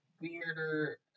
weirder